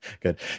Good